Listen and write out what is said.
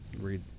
read